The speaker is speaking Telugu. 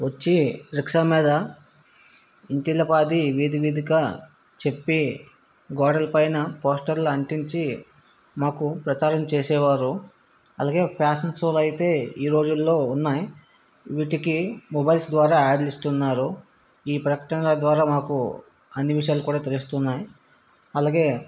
వచ్చి రిక్షా మీద ఇంటిల్లిపాదీ విధి విధి చెప్పి గోడలపైన పోస్టర్లు అంటించి మాకు ప్రచారం చేసేవారు అలాగే ఫ్యాషన్ షో అయితే ఈరోజులలో ఉన్నాయి వీటికి మొబైల్స్ ద్వారా యాడ్స్ ఇస్తున్నారు ఈ ప్రకటనల ద్వారా మాకు అన్ని విషయాలు కూడా తెలుస్తున్నాయి అలాగే